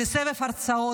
לסבב הרצאות.